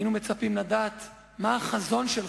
היינו מצפים לדעת מה החזון שלך.